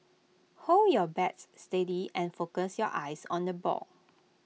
hold your bat steady and focus your eyes on the ball